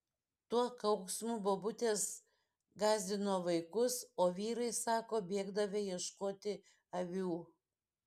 tuo kauksmu bobutės gąsdino vaikus o vyrai sako bėgdavę ieškoti avių